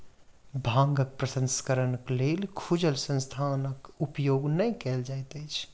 भांगक प्रसंस्करणक लेल खुजल स्थानक उपयोग नै कयल जाइत छै